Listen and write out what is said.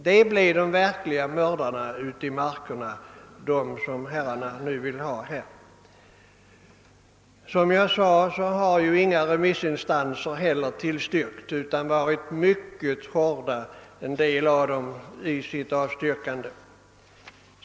De jägare som herrar motionärer vill ha ut i markerna skulle alltså bli de verkliga mördarna. Som jag framhöll har inga remissinstanser tillstyrkt motionen, och en del instanser har i sitt avstyrkande varit mycket hårda.